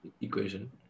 equation